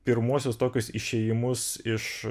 pirmuosius tokius išėjimus iš